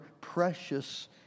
precious